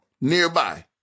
nearby